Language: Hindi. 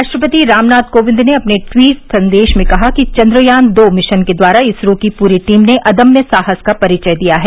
राष्ट्रपति रामनाथ कोविंद ने अपने ट्वीट संदेश में कहा चन्द्रयान दो मिशन के द्वारा इसरो की पूरी टीम ने अदम्य साहस का परिचय दिया है